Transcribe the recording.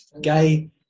Gay